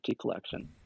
collection